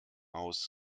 aus